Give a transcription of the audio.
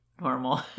normal